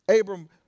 Abram